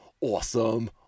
awesome